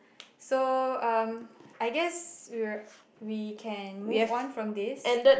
so um I guess we're we can move on from this